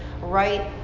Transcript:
right